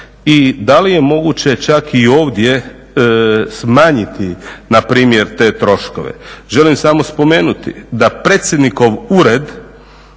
i da li je moguće čak i ovdje smanjiti npr. te troškove. Želim samo spomenuti da predsjednikov ured,